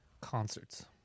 Concerts